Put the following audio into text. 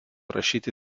rašyti